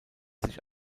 sich